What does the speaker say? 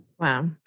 Wow